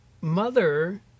mother